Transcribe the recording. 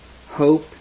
hope